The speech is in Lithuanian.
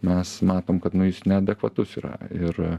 mes matom kad nu jis neadekvatus yra ir